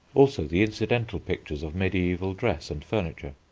also the incidental pictures of mediaeval dress and furniture.